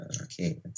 Okay